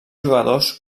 jugadors